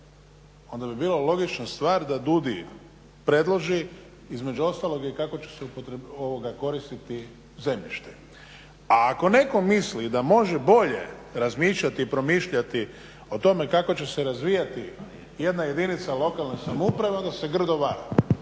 Onda bi bila logična stvar da DUDI predloži između ostalog i kako će se koristiti zemljište a ako netko misli da može bolje razmišljati i promišljati o tome kako će se razvijati jedna jedinica lokalne samouprave, onda se grdo